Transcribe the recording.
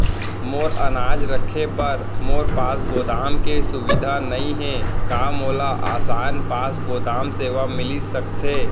मोर अनाज रखे बर मोर पास गोदाम के सुविधा नई हे का मोला आसान पास गोदाम सेवा मिलिस सकथे?